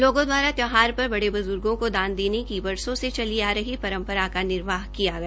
लोगों दवारा त्यौहार पर बड़े ब्ज्र्गो को दान देने की बरसो से चली आ रही परम्परा का निर्वाह किया गया